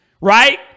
right